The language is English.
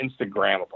instagramable